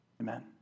Amen